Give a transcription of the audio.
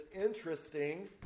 interesting